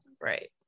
right